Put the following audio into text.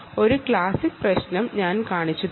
ഒരു ക്ലാസിക് പ്രശ്നം ഞാൻ കാണിച്ചുതരാം